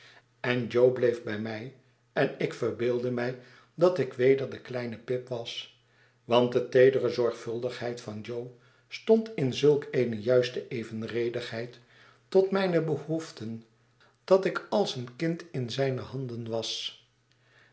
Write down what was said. en jo bleef bij mij enik verbeeldde mij dat ik weder de kleine pip was want de teedere zorgvuldigheid van jo stond in zulk eene juiste evenredigheid tot mijne behoeften dat ik als een kind in zijne handen was